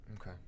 Okay